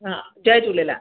हा जय झूलेलाल